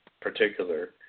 particular